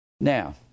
now